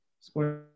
square